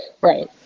right